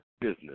business